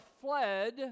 fled